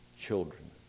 children